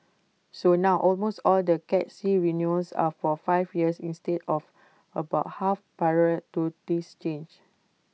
so now almost all the cat C renewals are for five years instead of about half prior to this change